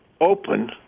open